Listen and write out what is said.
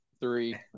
three